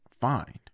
find